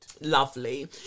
Lovely